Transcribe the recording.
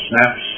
snaps